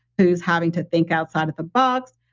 who's having to think outside of the box.